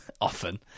often